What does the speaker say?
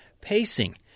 Pacing